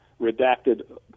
redacted